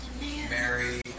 Mary